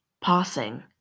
Passing